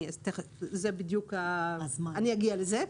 אני אגיע לזה.